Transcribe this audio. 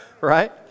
Right